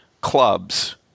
clubs